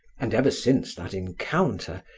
and ever since that encounter,